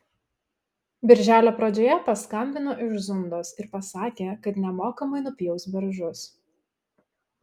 birželio pradžioje paskambino iš zundos ir pasakė kad nemokamai nupjaus beržus